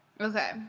Okay